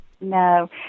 No